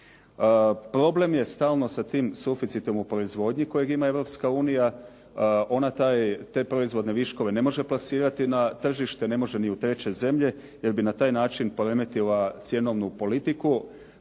Problem je stalno sa tim suficitom u proizvodnji kojeg ima Europska unija. Ona te proizvodnje viškove ne može plasirati na tržištu, ne može ni u treće zemlje jer bi na taj način poremetila cjenovnu politiku,